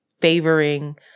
favoring